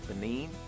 Benin